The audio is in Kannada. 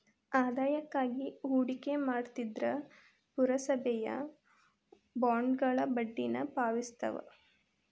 ಆದಾಯಕ್ಕಾಗಿ ಹೂಡಿಕೆ ಮಾಡ್ತಿದ್ರ ಪುರಸಭೆಯ ಬಾಂಡ್ಗಳ ಬಡ್ಡಿನ ಪಾವತಿಸ್ತವ